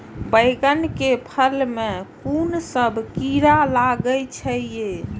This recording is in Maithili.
बैंगन के फल में कुन सब कीरा लगै छै यो?